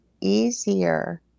easier